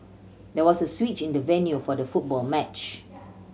there was a switch in the venue for the football match